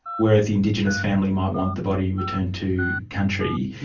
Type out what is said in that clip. whereas the indigenous family might want the body returned to country.